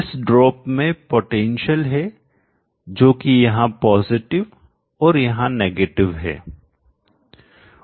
इस ड्रॉप में पोटेंशियल है जो कि यहां पॉजिटिव धनात्मक और यहां नेगेटिवऋणत्मक है